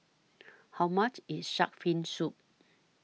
How much IS Shark's Fin Soup